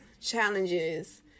challenges